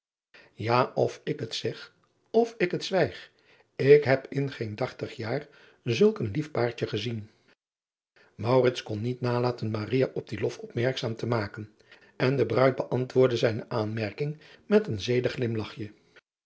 a of ik het zeg en of ik het zwijg ik heb in geen dartig jaar zulk een lief paartje gezien kon niet nalaten op dien lof opmerkzaam te maken en de ruid beantwoordde zijne aanmerking met een zedig grimlachje